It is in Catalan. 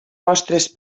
vostres